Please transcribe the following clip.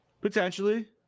Potentially